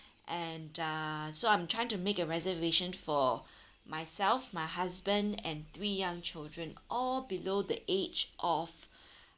and uh so I'm trying to make a reservation for myself my husband and three young children all below the age of